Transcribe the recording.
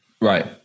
Right